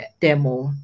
demo